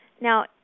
Now